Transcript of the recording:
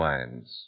Wines